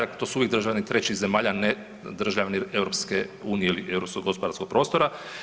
Dakle, to su uvijek državljani trećih zemalja, a ne državljani EU ili europskog gospodarskog prostora.